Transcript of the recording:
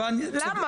למה?